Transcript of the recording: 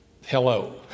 Hello